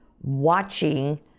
watching